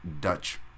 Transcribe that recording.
Dutch